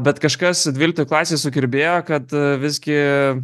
bet kažkas dvyliktoj klasėj sukirbėjo kad visgi